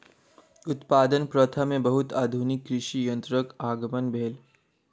उत्पादन प्रथा में बहुत आधुनिक कृषि यंत्रक आगमन भेल